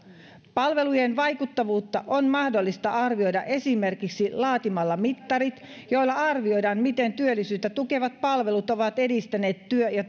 palvelujen vaikuttavuutta on mahdollista arvioida esimerkiksi laatimalla mittarit joilla arvioidaan miten työllisyyttä tukevat palvelut ovat edistäneet työ ja